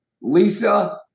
Lisa